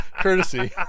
courtesy